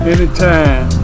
Anytime